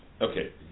Okay